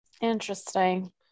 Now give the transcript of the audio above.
Interesting